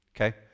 Okay